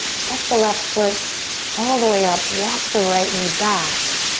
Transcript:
step the left foot all the way up. walk the right knee back.